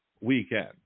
weekend